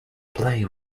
play